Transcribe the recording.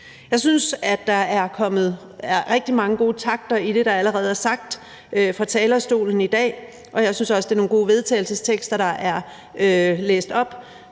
Jeg synes, at der er kommet rigtig mange gode takter i det, der allerede er sagt fra talerstolen i dag, og jeg synes også, det er nogle gode vedtagelsestekster, der er læst op.